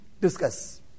discuss